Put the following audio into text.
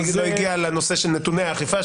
שהיא לא הגיעה לנושא של נתוני האכיפה,